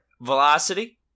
Velocity